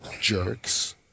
Jerks